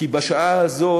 כי בשעה הזו,